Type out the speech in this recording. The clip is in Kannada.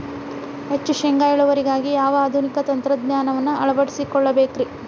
ಹೆಚ್ಚು ಶೇಂಗಾ ಇಳುವರಿಗಾಗಿ ಯಾವ ಆಧುನಿಕ ತಂತ್ರಜ್ಞಾನವನ್ನ ಅಳವಡಿಸಿಕೊಳ್ಳಬೇಕರೇ?